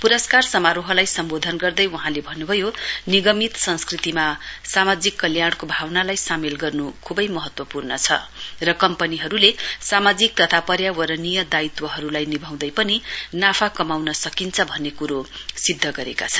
पुरस्कार समारोहलाई सम्वोधन गर्दै वहाँले भन्नुभयो निगमित संस्कृतिमा सामाजिक कल्याणको भावनालाई सामेल गर्नु खुवै महत्वपूर्ण छ र कम्पनीहरुले सामाजिक तथा प्रयावरणीय दायित्वहरुलाई निभाउँदै पनि नाफा कमाउन सकिन्छ भन्ने क्रो सिध्द गरेका छन्